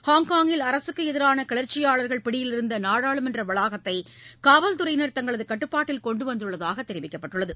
ஹாங்காங்கில் அரசுக்கு எதிரான கிளர்ச்சியாளர்கள் பிடியிலிருந்த நாடாளுமன்ற வளாகத்தை காவல்துறையினா் தங்களது கட்டுப்பாட்டில் கொண்டு வந்துள்ளதாக தெரிவிக்கப்பட்டுள்ளது